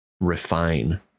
refine